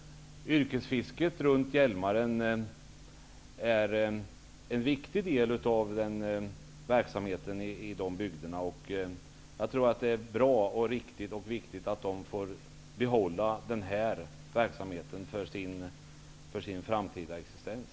Yrkesfisket runt Hjälmaren är en viktig del av verksamheten i bygden. Jag tror att det är bra, riktigt och viktigt att man får behålla den här verksamheten för sin framtida existens.